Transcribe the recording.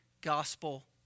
gospel